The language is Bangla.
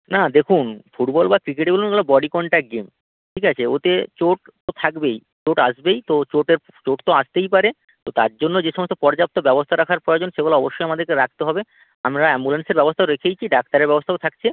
না দেখুন ফুটবল বা ক্রিকেটই বলুন ওগুলো বডি কন্ট্যাক্ট গেম ঠিক আছে ওতে চোট থাকবেই চোট আসবেই তো চোটের চোট তো আসতেই পারে তো তার জন্য যে সমস্ত পর্যাপ্ত ব্যবস্থা রাখার প্রয়োজন সেগুলো অবশ্যই আমাদেরকে রাখতে হবে আমরা অ্যাম্বুলেন্সের ব্যবস্থা রেখেইছি ডাক্তারের ব্যবস্থাও থাকছে